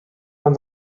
man